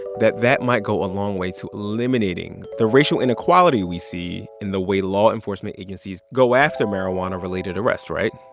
that that might go a long way to eliminating the racial inequality we see in the way law enforcement agencies go after marijuana-related arrests. right?